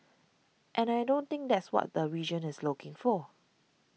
and I don't think that's what the region is looking for